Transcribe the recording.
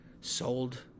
sold